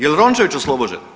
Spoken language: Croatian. Jel Rončević oslobođen?